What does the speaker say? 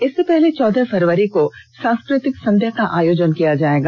इससे पहले चौदह फरवरी को सांस्कृतिक संध्या का आयोजन किया जाएगा